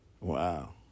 Wow